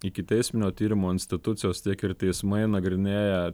ikiteisminio tyrimo institucijos tiek ir teismai nagrinėja